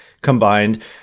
combined